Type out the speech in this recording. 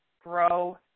Grow